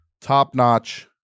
top-notch